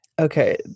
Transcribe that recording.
Okay